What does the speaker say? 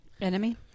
Enemy